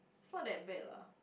it's not that bad lah